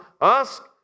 Ask